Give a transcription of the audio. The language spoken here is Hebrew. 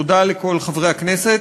תודה לכל חברי הכנסת,